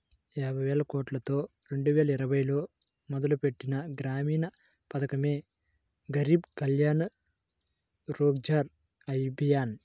యాబైవేలకోట్లతో రెండువేల ఇరవైలో మొదలుపెట్టిన గ్రామీణ పథకమే గరీబ్ కళ్యాణ్ రోజ్గర్ అభియాన్